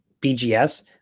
BGS